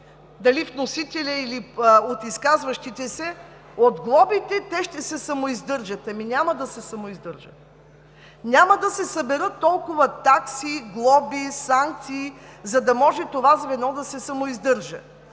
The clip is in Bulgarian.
дали вносителят, или от изказващите се, те ще се самоиздържат от глобите. Ами, няма да се самоиздържат, няма да се съберат толкова такси, глоби, санкции, за да може това звено да се самоиздържа.